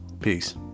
Peace